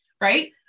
right